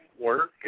work